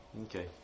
Okay